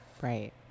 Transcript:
Right